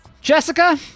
Jessica